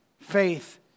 faith